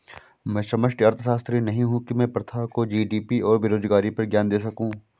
मैं समष्टि अर्थशास्त्री नहीं हूं की मैं प्रभा को जी.डी.पी और बेरोजगारी पर ज्ञान दे सकूं